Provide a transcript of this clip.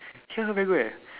tell her very good air